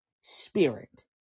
spirit